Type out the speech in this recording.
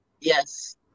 Yes